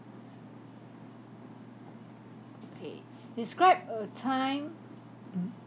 okay describe a time mm